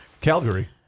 Calgary